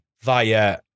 via